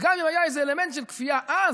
אז גם אם היה איזה אלמנט של כפייה אז,